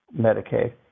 Medicaid